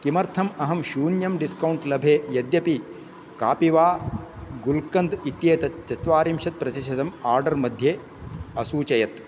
किमर्थम् अहं शून्यं डिस्कौण्ट् लभे यद्यपि कापि वा गुल्कन्द् इत्येतत् चत्वारिंशत् प्रतिशतं आर्डर् मध्ये असूचयत्